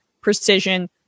precision